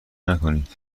نکنید